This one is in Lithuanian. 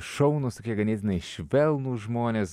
šaunūs tokie ganėtinai švelnūs žmonės